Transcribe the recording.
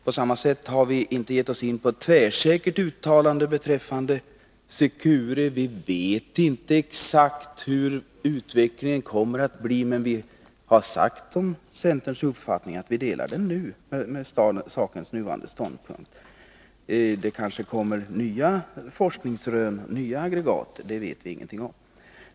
På samma sätt har vi inte velat vara med om ett tvärsäkert uttalande beträffande Secure. Vi vet inte exakt hur utvecklingen kommer att bli. Men vi har om centerns uppfattning sagt att vi delar den nu, på sakernas nuvarande ståndpunkt. Det kanske kommer nya forskningsrön, nya aggregat — det vet vi ingenting om.